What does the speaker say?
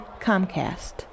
Comcast